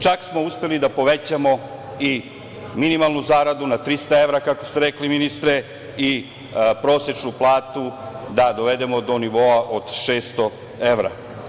Čak smo upeli i da povećamo i minimalnu zaradu na 300 evra, kako ste rekli ministre, i prosečnu platu da dovedemo do nivoa od 600 evra.